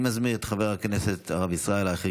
אני מזמין את חבר הכנסת הרב ישראל אייכלר,